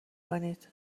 کنید